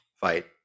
Fight